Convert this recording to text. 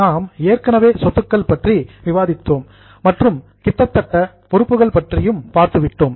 நாம் ஏற்கனவே சொத்துக்கள் பற்றி விவாதித்தோம் மற்றும் கிட்டத்தட்ட பொறுப்புக்கள் பற்றியும் பார்த்து விட்டோம்